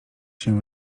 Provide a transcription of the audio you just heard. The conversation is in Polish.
się